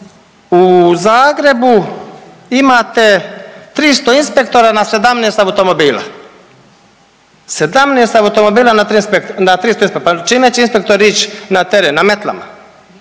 u Zagrebu imate 300 inspektora na 17 automobila. 17 automobila na 300 inspektora, pa čime će inspektori ići na teren, na metlama.